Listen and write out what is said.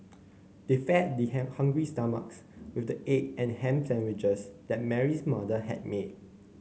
they fed their hungry stomachs with the egg and ham sandwiches that Mary's mother had made